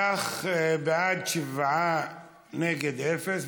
אם כך, בעד שבעה, נגד, אפס.